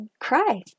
cry